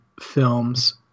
films